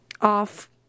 off